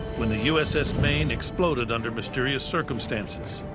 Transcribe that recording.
when the uss maine exploded under mysterious circumstances,